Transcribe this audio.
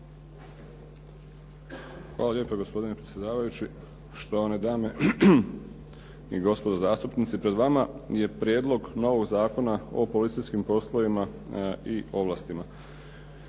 Hvala lijepo gospodine predsjedavajući, štovane dame i gospodo zastupnici. Pred vama je prijedlog novog Zakona o policijskim poslovima i ovlastima.